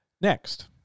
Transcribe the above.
Next